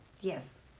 Yes